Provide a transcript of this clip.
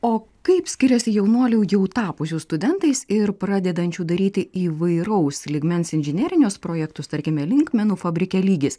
o kaip skiriasi jaunuolių jau tapusių studentais ir pradedančių daryti įvairaus lygmens inžinerinius projektus tarkime linkmenų fabrike lygis